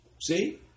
See